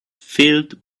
filled